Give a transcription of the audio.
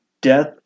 death